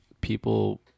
people